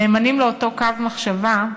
נאמנים לאותו קו מחשבה,